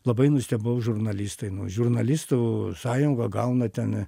labai nustebau žurnalistai nu žurnalistų sąjunga gauna ten